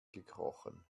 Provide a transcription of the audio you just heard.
gekrochen